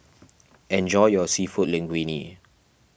enjoy your Seafood Linguine